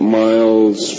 miles